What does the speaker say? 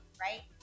right